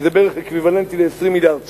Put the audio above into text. שזה בערך אקוויוולנטי ל-20 מיליארד שקל,